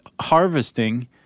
harvesting